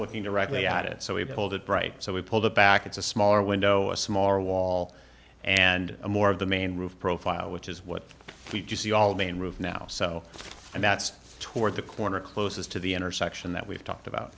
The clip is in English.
looking directly at it so we pulled it right so we pulled it back it's a smaller window a smaller wall and a more of the main roof profile which is what keeps you see all main roof now so and that's toward the corner closest to the intersection that we've talked about